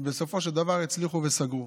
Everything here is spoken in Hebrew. ובסופו של דבר הצליחו וסגרו.